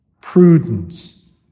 prudence